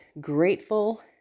grateful